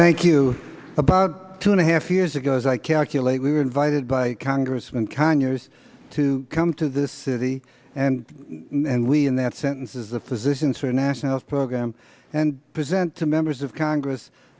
thank you about two and a half years ago as i calculate we were invited by congressman conyers to come to this city and and we in that sentence is the physicians for a national program and present to members of congress